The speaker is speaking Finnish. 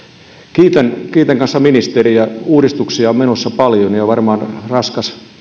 kiitän kiitän kanssa ministeriä uudistuksia on menossa paljon ja varmaan on